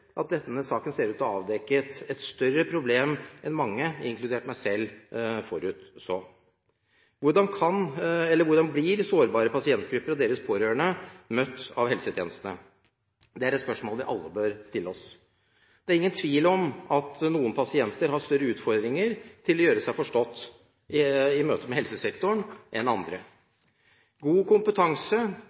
at denne saken ser ut til å avdekke et større problem enn mange – inkludert meg selv – forutså. Hvordan blir sårbare pasientgrupper og deres pårørende møtt av helsetjenestene? Det er et spørsmål vi alle bør stille oss. Det er ingen tvil om at noen pasienter har større utfordringer med å gjøre seg forstått i møte med helsesektoren enn andre. God kompetanse